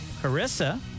Carissa